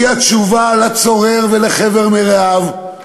היא התשובה לצורר ולחבר מרעיו: